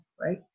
right